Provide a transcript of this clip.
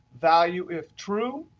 value if true.